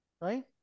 right